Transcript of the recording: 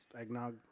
eggnog